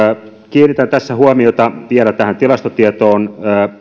kiinnitän tässä huomiota vielä tähän tilastotietoon